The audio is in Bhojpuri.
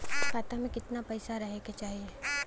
खाता में कितना पैसा रहे के चाही?